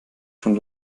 schon